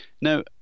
Now